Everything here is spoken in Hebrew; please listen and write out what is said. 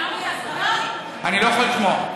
אני לא יכול לשמוע.